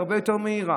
שהיא הרבה יותר מהירה.